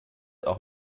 auch